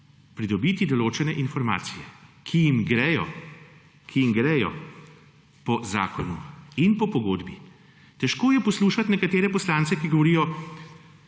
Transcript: pridobiti določene informacije, ki jim gredo po zakonu in po pogodbi. Težko je poslušati nekatere poslance, ki govorijo